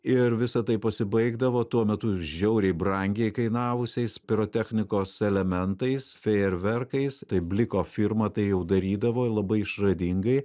ir visa tai pasibaigdavo tuo metu žiauriai brangiai kainavusiais pirotechnikos elementais fejerverkais tai bliko firma tai jau darydavo labai išradingai